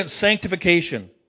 sanctification